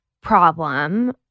problem